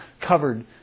covered